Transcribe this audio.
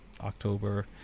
October